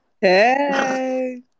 Hey